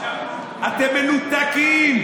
אתם מנותקים.